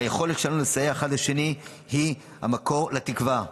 והיכולת שלנו לסייע אחד לשני היא המקור לתקווה.